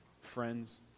friends